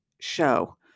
show